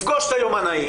לפגוש את היומנאי.